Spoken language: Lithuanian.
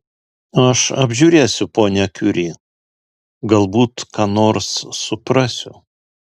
aš apžiūrėsiu ponią kiuri galbūt ką nors suprasiu